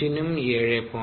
5 നും 7